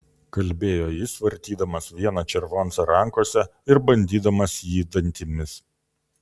kalbėjo jis vartydamas vieną červoncą rankose ir bandydamas jį dantimis